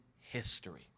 history